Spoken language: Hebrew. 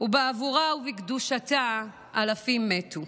ובעבורה ובקדושתה אלפים מתו.